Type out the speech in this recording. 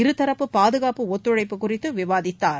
இருதரப்பு பாதுகாப்பு ஒத்துழைப்பு குறித்து விவாதித்தார்